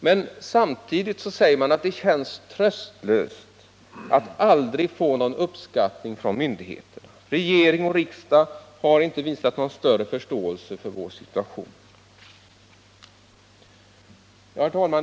Men samtidigt säger man att det känns tröstlöst att aldrig få någon uppskattning från myndigheterna. Regering och riksdag har inte visat någon större förståelse för vår situation, menar man. Herr talman!